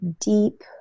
deep